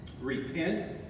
repent